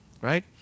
right